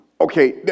Okay